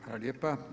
Hvala lijepa.